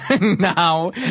Now